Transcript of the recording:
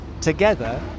together